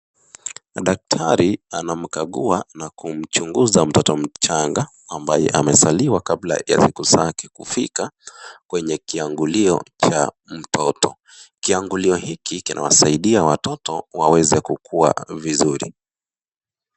Daktari anamkagua na kumchunguza mtoto mchanga ambaye amezaliwa kabla ya siku zake kufika kwenye kiangulio cha mtoto, kiangulio hiki kinawasaidia watoto waweze kukua vizuri.